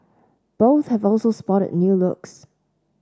both have also spotted new looks